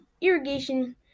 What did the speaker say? irrigation